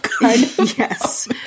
Yes